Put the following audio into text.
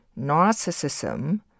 narcissism